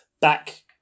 back